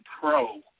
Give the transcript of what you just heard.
pro